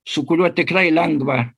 su kuriuo tikrai lengva